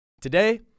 Today